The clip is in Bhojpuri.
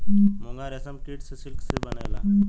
मूंगा रेशम कीट से सिल्क से बनेला